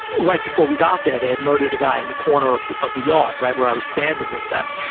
right before we got there they had murdered a guy in a corner of the of the yard, right where i was standing with them,